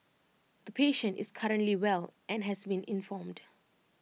the patient is currently well and has been informed